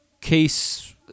Case